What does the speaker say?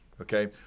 okay